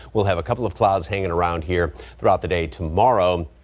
we'll have a couple of clouds hanging around here throughout the day tomorrow.